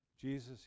Jesus